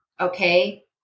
okay